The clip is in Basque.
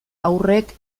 haurrek